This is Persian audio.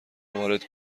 وارد